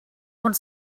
want